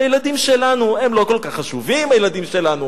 הילדים שלנו, הם לא כל כך חשובים, הילדים שלנו.